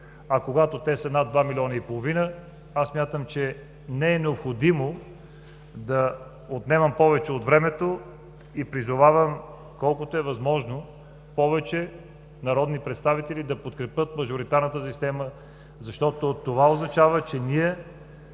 А когато те са над 2,5 милиона, аз смятам, че не е необходимо да отнемам повече от времето и призовавам колкото е възможно повече народни представители подкрепят мажоритарната система, защото това означава, че ние